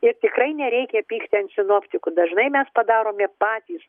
ir tikrai nereikia pykti ant sinoptikų dažnai mes padarome patys